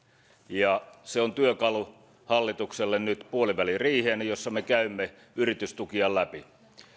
ja se on työkalu hallitukselle nyt puoliväliriiheen jossa me käymme yritystukia läpi